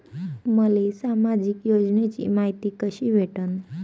मले सामाजिक योजनेची मायती कशी भेटन?